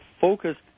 focused